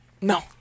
No